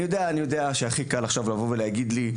אני יודע שהכי קל לבוא ולהגיד לי,